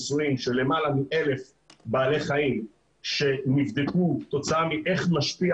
ניסויים של למעלה מ-1,000 בעלי חיים שנבדקו איך משפיע